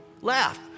laugh